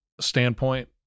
standpoint